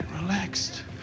Relaxed